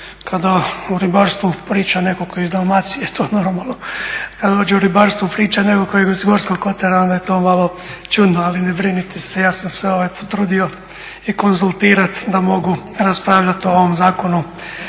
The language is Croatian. Kada o ribarstvu priča netko tko je iz Dalmacije to je normalno kada dođe o ribarstvu pričati netko tko je iz Gorskog Kotara onda je to malo čudno ali ne brinite se, ja sam se potrudio i konzultirati da mogu raspravljati o ovom zakonu.